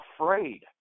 afraid